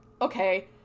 okay